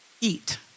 eat